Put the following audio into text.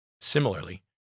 Similarly